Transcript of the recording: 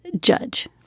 judge